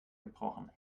gebrochen